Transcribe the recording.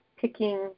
picking